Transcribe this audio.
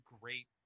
great